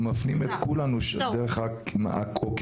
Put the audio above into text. מפנים את כולנו לדרך עוקפת,